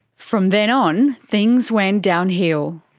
from then on, things went downhill.